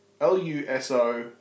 L-U-S-O